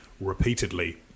repeatedly